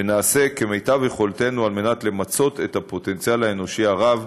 ונעשה את מיטב יכולתנו למצות את הפוטנציאל האנושי הרב